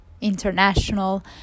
international